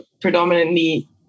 predominantly